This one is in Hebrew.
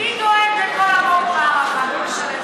מי דואג לכל הפיתוח בערבה, למשל?